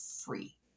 free